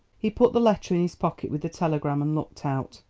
he put the letter in his pocket with the telegram and looked out.